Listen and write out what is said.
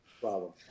problem